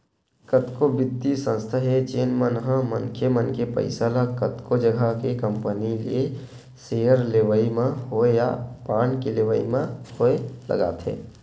कतको बित्तीय संस्था हे जेन मन ह मनखे मन के पइसा ल कतको जघा के कंपनी के सेयर लेवई म होय या बांड के लेवई म होय लगाथे